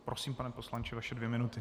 Prosím, pane poslanče, vaše dvě minuty.